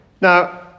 Now